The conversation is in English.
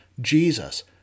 Jesus